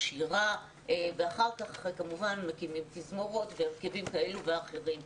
שירה ואחר כך מקימים תזמורות והרכבים כאלה ואחרים.